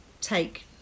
take